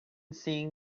seeing